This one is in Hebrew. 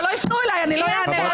שלא יפנו אליי לא אענה.